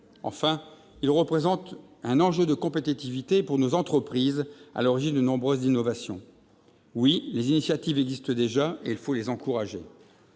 Enfin, il représente un enjeu de compétitivité pour nos entreprises, à l'origine de nombreuses innovations. Oui, les initiatives existent déjà, et il faut les encourager